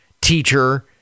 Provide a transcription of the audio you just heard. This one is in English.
teacher